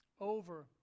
over